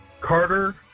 Carter